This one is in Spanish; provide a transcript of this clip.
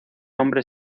hombre